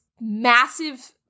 massive